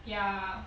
ya